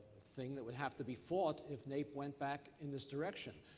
thing that would have to be fought if naep went back in this direction.